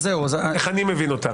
איך אני מבין אותה?